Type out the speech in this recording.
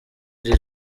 iri